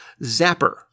Zapper